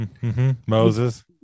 moses